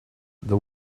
the